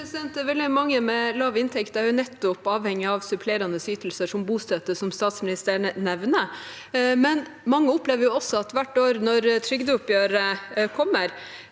Veldig mange med lav inntekt er avhengig av nettopp supplerende ytelser som bostøtte, som statsministeren nevner, men mange opplever også at hvert år, når trygdeoppgjøret kommer,